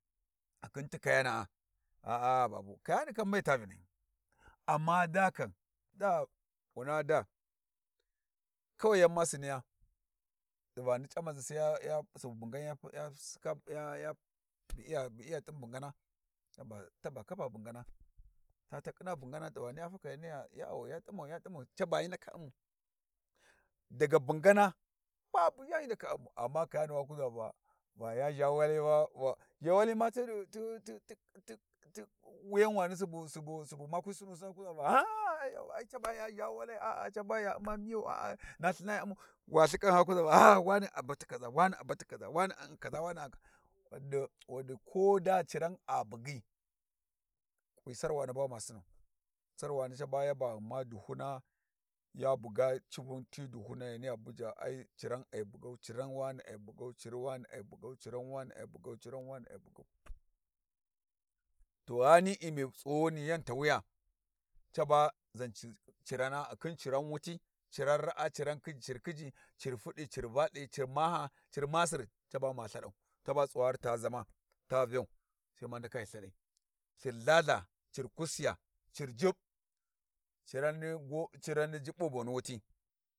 Ghu khin ti kayana'a a'a babu kayani kam me ta vinahyi amma daa kam daa wuna daa kawai yan ma siniya, t'ivani c'amazi sai ya bu iya t'im bugana ta ba kappa bugana ta takhina bugana ta t'ivani ya faka yaniya yawau ya t'imau t'imau caba hyi ndakhi ya u'mau, daga bugana babuyan hyi ndaka u'mau, amma kayani wa kuza vava ya zha wali wa va zhewali mati subu ma kwai sinusi sai wakuza va ah-caba ya zha wali a'a caba ya u'ma miyo a'a na lthinana u'ma wa lthikan sai wa kuza ah-wane a bati kaza wane a bati kaza wane a u'm kaza wane a u'n wadi ko da ciran a buggi kwai sarwani ba ma sinau sarwani caba yaba ghuma duhuna ya bugga civun ti duhuna ya niyya buja ai cira ai buggau cira wani ai bugga cir wani ai buggau ciran wani ai buggau cira wani ai buggau cir wani ai buggau. To ghani'i mi tsighuni yan ghi tawiya caba zanci cirana, ghu khin ciran wuta ciran raa ciran cir khiji, fudi, cir valthi, cir maha, cir masir ca ba ma lthadau, taba tsuwari ta zama ta vau sai ma ndaka ghi lthaɗai cir kusiya cir jubb ciran ni go ciran ni jubbi boni wuti.